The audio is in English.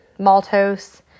maltose